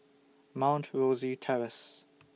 Mount Rosie Terrace